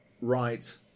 right